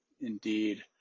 indeed